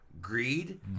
greed